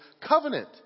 covenant